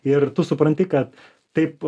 ir tu supranti kad taip